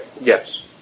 Yes